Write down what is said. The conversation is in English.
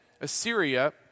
Assyria